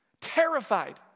Terrified